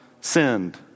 sinned